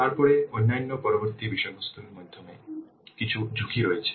তারপরে অন্যান্য পরবর্তী বিষয়বস্তুর মধ্যে কিছু ঝুঁকি রয়েছে